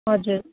हजुर